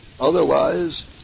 Otherwise